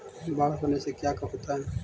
बाढ़ होने से का क्या होता है?